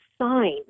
sign